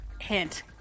Hint